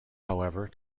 however